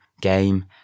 game